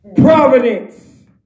Providence